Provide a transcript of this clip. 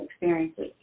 experiences